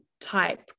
type